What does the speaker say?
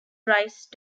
rise